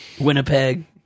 Winnipeg